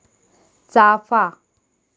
चाफा